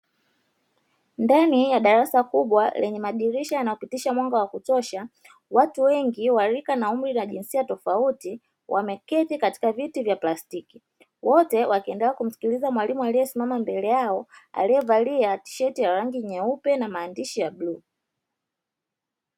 Ndani ya darasa kubwa, lenye madirisha na kupitisha mwanga wa kutosha, watu wengi wa rika na jinsia tofauti wameketi katika viti vya plastiki. Wote wakiendelea kumsikiliza mwalimu aliyesimama mbele yao, aliyevalia tisheti ya rangi nyeupe na maandishi ya bluu.